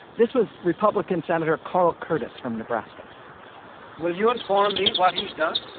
this was republican senator carl curtis from nebraska will you inform me what he's done?